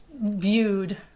viewed